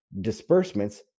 disbursements